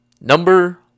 Number